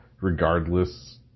regardless